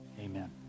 Amen